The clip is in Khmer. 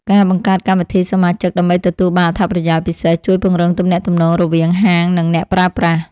ការបង្កើតកម្មវិធីសមាជិកដើម្បីទទួលបានអត្ថប្រយោជន៍ពិសេសជួយពង្រឹងទំនាក់ទំនងរវាងហាងនិងអ្នកប្រើប្រាស់។